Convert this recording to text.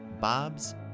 Bob's